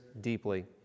deeply